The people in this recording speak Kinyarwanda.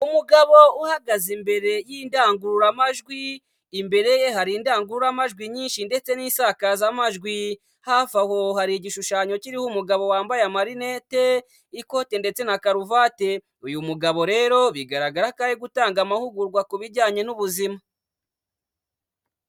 Umugabo uhagaze imbere y'indangururamajwi imbere ye hari indangururamajwi nyinshi ndetse n'isakazamajwi ,hafi aho hari igishushanyo kiriho umugabo wambaye amarinete ikote ndetse na karuvate, uyu mugabo rero bigaragara Ko ari gutanga amahugurwa ku bijyanye n'ubuzima.